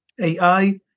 AI